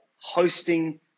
hosting